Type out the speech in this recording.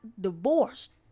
divorced